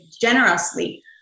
generously